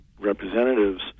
representatives